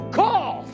call